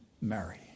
marry